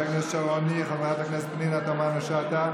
חברת הכנסת שרון ניר, חברת הכנסת פנינה תמנו שטה,